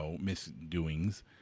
misdoings